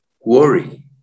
worry